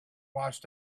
watched